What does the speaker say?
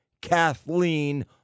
Kathleen